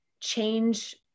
change